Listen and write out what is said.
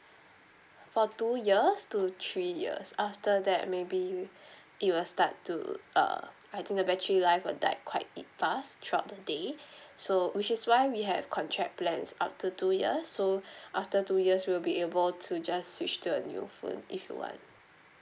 for two years to three years after that maybe it will start to err I think the battery life will died quite i~ fast throughout the day so which is why we have contract plans up to two years so after two years you'll be able to just switch to a new phone if you want